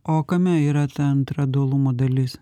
o kame yra ta antra dualumo dalis